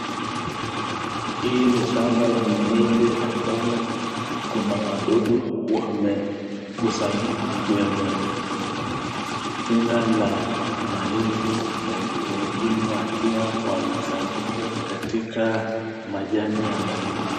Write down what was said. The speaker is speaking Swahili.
Hii ni shamba la mahindi ambalo kuna wadudu wamekusanyika kwenye tunda la mahindi na wengine wakiwa wamesanyika katika majani ya mahindi.